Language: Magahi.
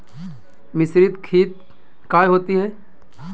मिसरीत खित काया होती है?